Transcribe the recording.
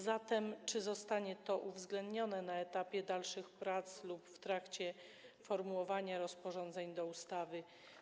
Zatem czy zostanie to uwzględnione na etapie dalszych prac lub w trakcie formułowania rozporządzeń do ustawy?